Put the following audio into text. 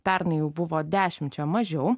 pernai jų buvo dešimčia mažiau